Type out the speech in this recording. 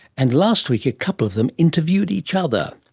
and last week a couple of them interviewed each other.